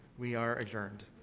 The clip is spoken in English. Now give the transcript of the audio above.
we are adjourned.